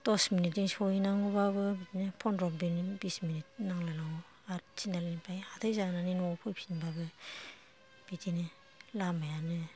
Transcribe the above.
दस मिनिटजों सहैनांगौबाबो बिदिनो पन्द्र मिनिट बिस मिनिट नांलायलांगौ आरो थिनालिनिफ्राय हाथाइ जानानै न'आव फैफिनबाबो बिदिनो लामायानो